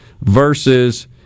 versus